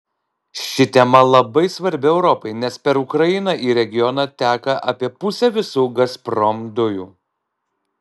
ši tema labai svarbi europai nes per ukrainą į regioną teka apie pusę visų gazprom dujų